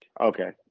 okay